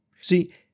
See